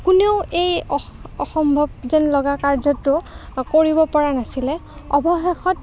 কোনেও এই অ অসম্ভৱ যেন লগা কাৰ্যটো কৰিব পৰা নাছিলে অৱশেষত